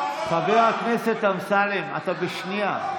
חבר הכנסת אמסלם, אתה בשנייה.